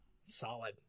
Solid